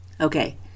Okay